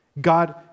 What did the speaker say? God